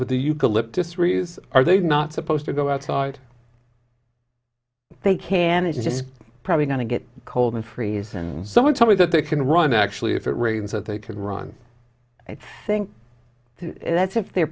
with the eucalyptus trees are they not supposed to go outside they can it's just probably going to get cold and freeze and someone tell me that they can run actually if it rains that they can run i think that's if they're